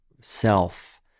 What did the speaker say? self